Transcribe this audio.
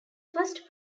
first